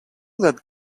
that